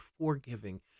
forgiving